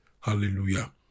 Hallelujah